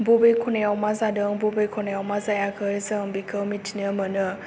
बबे खनायाव मा जादों आरो बबे खनायाव मा जायाखै जों बिखौ मिथिनो मोनो